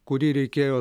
kurį reikėjo